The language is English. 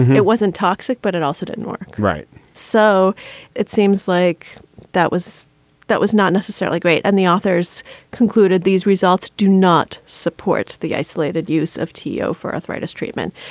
it wasn't toxic, but it also didn't work. right so it seems like that was that was not necessarily great. and the authors concluded these results do not supports the isolated use of t o for arthritis treatment,